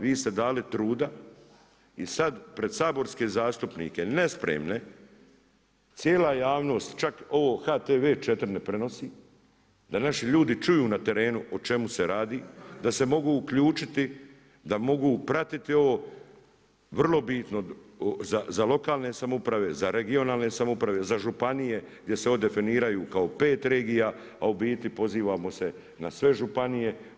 Vi ste dali truda i sad pred saborske zastupnike nespremne cijela javnost, čak ovo HTV4 ne prenosi, da naši ljudi čuju na terenu o čemu se radi, da se mogu uključiti, da mogu pratiti ovo vrlo bitno za lokalne samouprave, za regionalne samouprave, za županije gdje se ovdje definiraju kao pet regija, a u biti pozivamo se na sve županije.